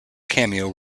cameo